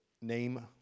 name